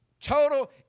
Total